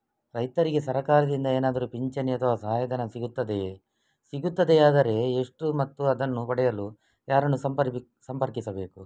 ರೈತರಿಗೆ ಸರಕಾರದಿಂದ ಏನಾದರೂ ಪಿಂಚಣಿ ಅಥವಾ ಸಹಾಯಧನ ಸಿಗುತ್ತದೆಯೇ, ಸಿಗುತ್ತದೆಯಾದರೆ ಎಷ್ಟು ಮತ್ತು ಅದನ್ನು ಪಡೆಯಲು ಯಾರನ್ನು ಸಂಪರ್ಕಿಸಬೇಕು?